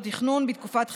מוסדות התכנון בתקופת חירום,